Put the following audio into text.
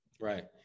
right